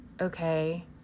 okay